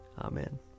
Amen